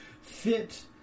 fit